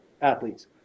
athletes